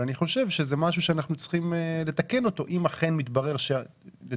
אבל זה משהו שאנחנו צריכים לתקן אותו אם אכן יתברר כך.